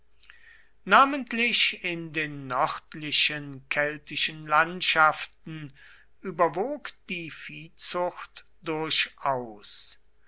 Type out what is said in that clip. namentlich in den nördlichen keltischen landschaften überwog die viehzucht durchaus